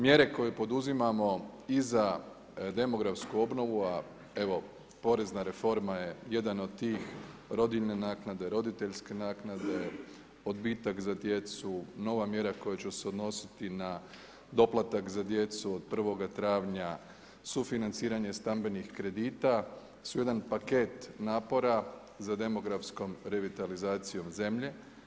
Mjere koje poduzimamo, i za demografsku obnovu, a evo, porezna reforma je jedna od tih, rodiljne naknadne, roditeljske naknade, odbitak za djecu, nova mjera koja će se odnositi na doplatak za djecu od prvoga travnja, sufinanciranje stambenih kredita, su jedan paket napora, za demografskom revitalizacijom zemlje.